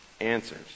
answers